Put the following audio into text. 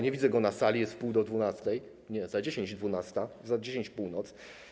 Nie widzę go na sali, jest wpół do dwunastej, nie, jest za dziesięć dwunasta, za dziesięć północ.